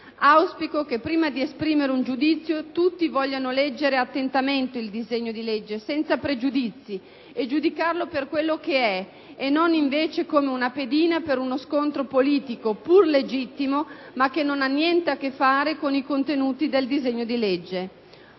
Auspico che prima di esprimere un giudizio tutti vogliano leggere attentamente il disegno di legge, senza pregiudizi, e giudicarlo per quello che è, e non invece come una pedina per uno scontro politico, pur legittimo, ma che non ha niente a che fare con i contenuti del disegno di legge